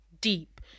deep